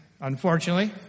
unfortunately